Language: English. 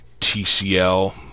TCL